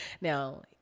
Now